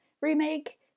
remake